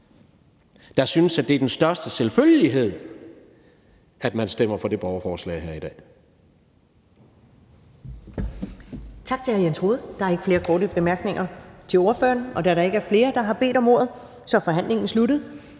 der synes, at det er den største selvfølgelighed, at man stemmer for det borgerforslag her i dag.